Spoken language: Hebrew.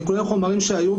את כל החומרים שהיו,